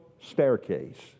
staircase